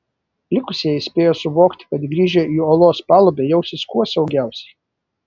likusieji spėjo suvokti kad grįžę į olos palubę jausis kuo saugiausiai